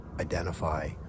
identify